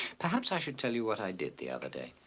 perhaps i should tell you what i did the other day.